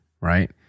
right